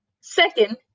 Second